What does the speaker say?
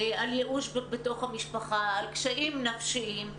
על ייאוש בתוך המשפחה, על קשיים נפשיים.